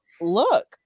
look